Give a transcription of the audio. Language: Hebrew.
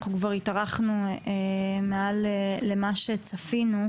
אנחנו כבר התארכנו מעל לצפוי.